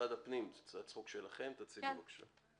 משרד הפנים, זאת הצעת חוק שלכם, תציגו בבקשה.